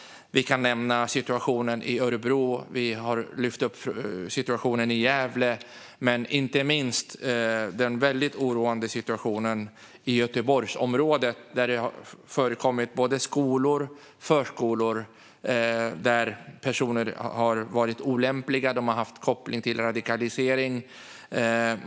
Vi kan nämna situationen i Örebro, situationen i Gävle och inte minst den väldigt oroande situationen i Göteborgsområdet. Där har det förekommit att olämpliga personer har haft koppling till radikalisering i både skolor och förskolor.